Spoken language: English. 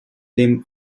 them